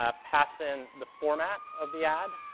ah pass in the format of the ad,